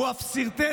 הוא אף סרטט